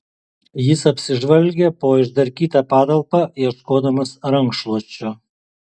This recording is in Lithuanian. jis apsižvalgė po išdarkytą patalpą ieškodamas rankšluosčio